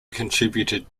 contributed